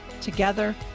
Together